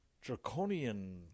draconian